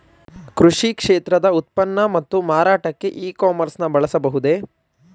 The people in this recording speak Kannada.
ಕೃಷಿ ಕ್ಷೇತ್ರದ ಉತ್ಪನ್ನ ಮತ್ತು ಮಾರಾಟಕ್ಕೆ ಇ ಕಾಮರ್ಸ್ ನ ಬಳಸಬಹುದೇ?